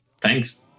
Thanks